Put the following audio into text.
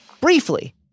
briefly